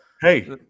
hey